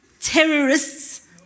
terrorists